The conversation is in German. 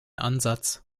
ansatz